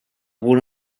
rôle